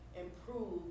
improve